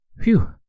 Phew